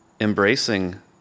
embracing